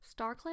StarClan